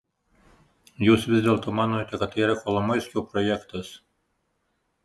jūs vis dėlto manote kad tai yra kolomoiskio projektas